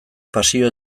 pasio